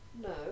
no